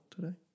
today